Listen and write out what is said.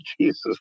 Jesus